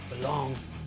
belongs